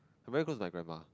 I'm very close to my grandma